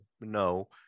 no